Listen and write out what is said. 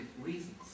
reasons